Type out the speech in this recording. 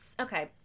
Okay